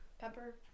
Pepper